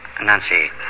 Nancy